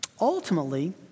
Ultimately